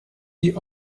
die